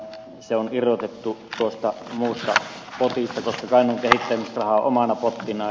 se on irrotettu tuosta muusta potista koska kainuun kehittämisraha on omana pottinaan